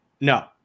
no